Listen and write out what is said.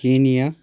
Kenya